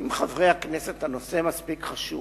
אם חברי הכנסת הנושא מספיק חשוב,